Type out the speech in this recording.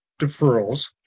deferrals